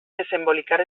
desembolicar